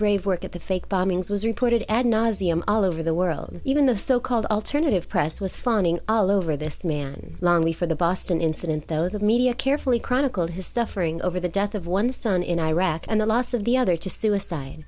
brave work at the fake bombings was reported ad nauseum all over the world even the so called alternative press was finding all over this man long before the boston incident though the media carefully chronicled his suffering over the death of one son in iraq and the loss of the other to suicide